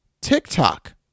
TikTok